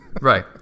right